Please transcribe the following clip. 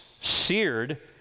seared